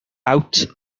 out